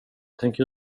tänker